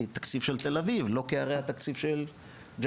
כי תקציב של תל אביב לא כהרי התקציב של ג'לג'וליה.